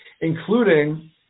including